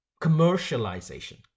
Commercialization